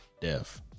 death